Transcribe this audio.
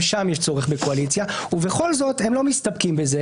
לכן לבוא ולהגיד שהקואליציה היא גוש אחד,